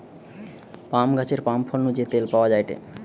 পাম গাছের পাম ফল নু যে তেল পাওয়া যায়টে